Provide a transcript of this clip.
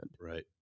Right